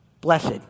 Blessed